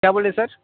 کیا بولے سر